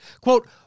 Quote